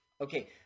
Okay